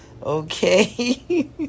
okay